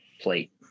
plate